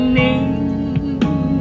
name